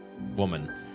woman